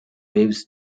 waves